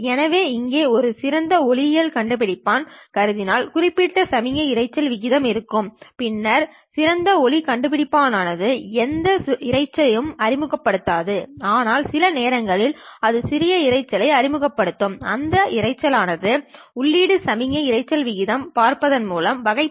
எனவே இங்கே ஒரு சிறந்த ஒளி கண்டுபிடிப்பான்க் கருதினால் குறிப்பிட்ட சமிக்ஞை இரைச்சல் விகிதம் இருக்கும் பின்னர் சிறந்த ஒளி கண்டுபிடிப்பான் ஆனது எந்த இரைச்சலும் அறிமுகப்படுத்தாது ஆனால் சில நேரங்களில் அது சிறிது இரைச்சலை அறிமுகப்படுத்தும் அந்த இரைச்சலை உள்ளீடு சமிக்கை இரைச்சல் விகிதம் பார்ப்பதன் மூலம் வகைப்படுத்த முடியும்